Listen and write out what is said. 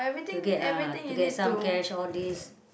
to get uh to get some cash all these